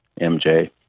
MJ